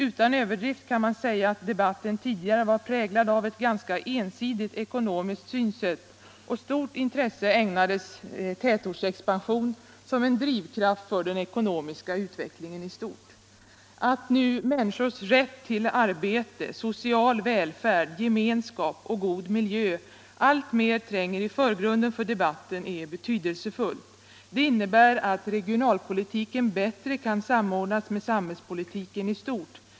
Utan överdrift kan man säga att debatten tidigare var präglad av ett ganska ensidigt ekonomiskt synsätt. Stort intresse ägnades tätortsexpansion som en drivkraft för den ekonomiska utvecklingen i stort. Att nu människors rätt till arbete, social välfärd, gemenskap och god miljö alltmer tränger i förgrunden för debatten är betydelsefullt. Det innebär att regionalpolitiken bättre kan samordnas med samhällspolitiken i stort.